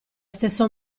stesso